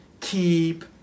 keep